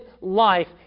life